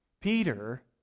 Peter